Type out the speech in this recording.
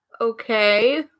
Okay